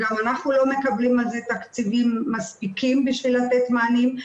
גם אנחנו לא מקבלים על זה תקציבים מספיקים בשביל לתת מענים,